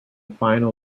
final